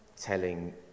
telling